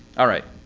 all right.